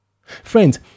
Friends